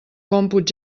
còmput